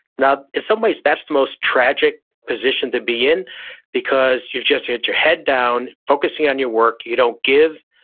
now, in some ways, that's the most tragic position to be in because you've just got your head down, focusing on your work. you don't give,